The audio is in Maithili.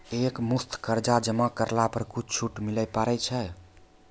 एक मुस्त कर्जा जमा करला पर कुछ छुट मिले पारे छै?